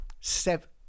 seven